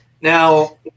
Now